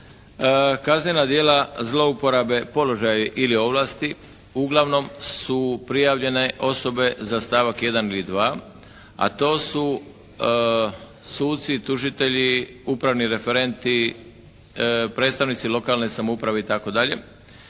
Kaznena djela zlouporabe položaja ili ovlasti uglavnom su prijavljene osobe za stavak 1. ili 2. a to su suci, tužitelji, upravni referenti, predstavnici lokalne samouprave itd.,